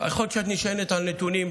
יכול להיות שאת נשענת על נתונים,